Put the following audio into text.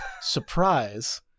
Surprise